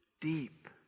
deep